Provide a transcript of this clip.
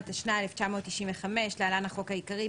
התשנ"ה-1995 (להלן החוק העיקרי),